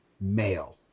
male